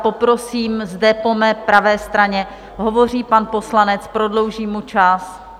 Poprosím zde po mé pravé straně, hovoří pan poslanec, prodloužím mu čas.